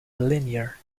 linear